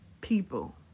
people